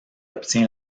obtient